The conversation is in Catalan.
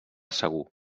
segur